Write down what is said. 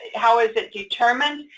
how is it determined,